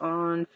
on